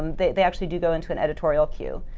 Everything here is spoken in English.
they they actually do go into an editorial queue.